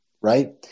right